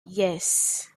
yes